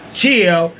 chill